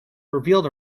revealed